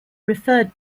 referred